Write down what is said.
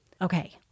Okay